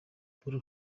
paul